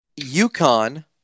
UConn